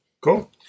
cool